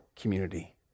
community